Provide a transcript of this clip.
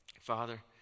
Father